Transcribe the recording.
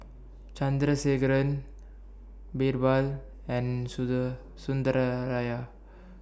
Chandrasekaran Birbal and